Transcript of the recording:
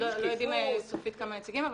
עוד לא יודעים ספציפית כמה נציגים,